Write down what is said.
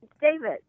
David